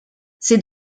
c’est